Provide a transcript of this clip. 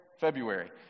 February